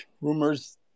rumors